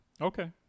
Okay